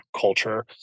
culture